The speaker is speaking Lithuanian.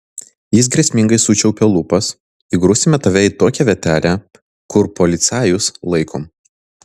jis grėsmingai sučiaupė lūpas įgrūsime tave į tokią vietelę kur policajus laikom